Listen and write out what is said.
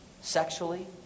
sexually